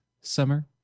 summer